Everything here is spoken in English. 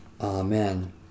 Amen